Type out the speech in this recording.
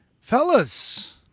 fellas